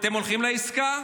אתם הולכים לעסקה,